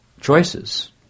choices